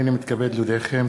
הנני מתכבד להודיעכם,